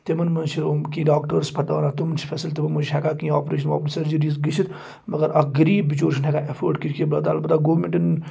تِمَن مَنٛز چھِ یِم کیٚنٛہہ ڈاکٹٲرٕس تِم چھِ فیسَل تِمَن منٛز چھِ ہٮ۪کان کیٚنٛہہ آپریشَن واپَس سٔرجٔریٖز گٔژھِتھ مگر اَکھ غریٖب بِچور چھُنہٕ ہٮ۪کان اٮ۪فٲڈ کٔرِتھ کیٚنٛہہ بہٕ اَلبَتہ گورمٮ۪نٛٹَن